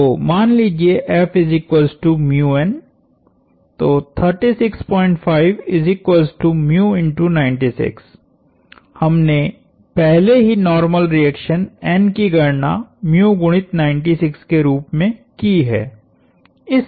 तो मान लीजिये तो हमने पहले ही नार्मल रिएक्शन N की गणनागुणित 96 के रूप में की है